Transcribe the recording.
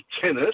tennis